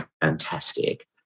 fantastic